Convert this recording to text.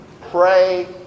pray